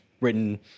written